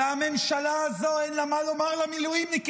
הממשלה הזו, אין לה מה לומר למילואימניקים.